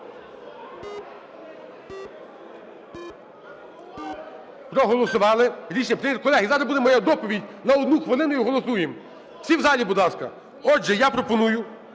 Колеги, зараз буде моя доповідь на одну хвилину, і голосуємо. Всі в залі, будь ласка. Отже, я пропоную,